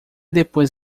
depois